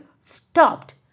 stopped